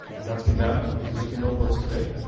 that's been done with existing billboards today.